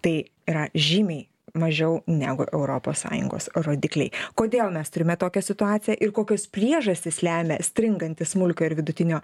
tai yra žymiai mažiau negu europos sąjungos rodikliai kodėl mes turime tokią situaciją ir kokios priežastys lemia stringantį smulkiojo ir vidutinio